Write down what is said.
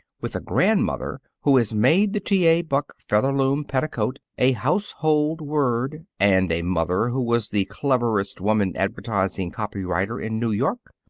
with a grandmother who has made the t. a. buck featherloom petticoat a household word, and a mother who was the cleverest woman advertising copy-writer in new york,